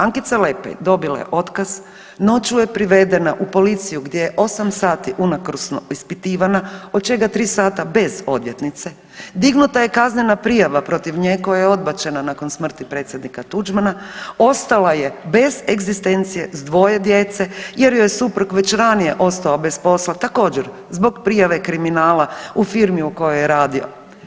Ankica Lepaj dobila je otkaz, noću je privedena u policiju gdje je 8 sati unakrsno ispitivana od čega 3 sata bez odvjetnice, dignuta je kaznena prijava protiv nje koja je odbačena nakon smrti predsjednika Tuđmana, ostala je bez egzistencije s 2 djece jer joj je suprug već ranije ostao bez posla također zbog prijave kriminala u firmi u kojoj je radio.